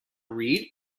read